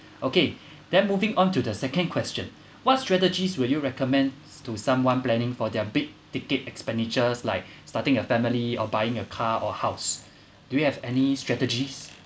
okay then moving on to the second question what strategies will you recommend to someone planning for their big ticket expenditures like starting a family or buying a car or house do you have any strategies